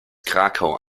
krakau